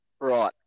Right